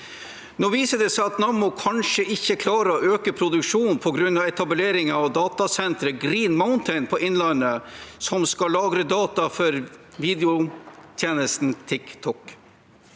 Nå viser det seg at Nammo kanskje ikke klarer å øke produksjonen på grunn av etablering av datasenteret Green Mountain i Innlandet, som skal lagre data for videotjenesten TikTok.